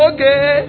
Okay